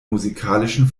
musikalischen